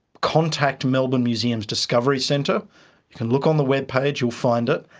contact melbourne museum's discovery centre. you can look on the web page, you'll find it,